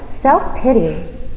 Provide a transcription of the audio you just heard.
Self-pity